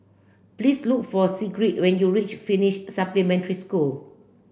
please look for Sigrid when you reach Finnish Supplementary School